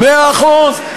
מאה אחוז,